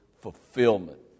fulfillment